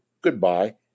goodbye